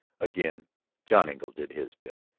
again john engle did his bit.